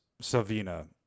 Savina